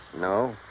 No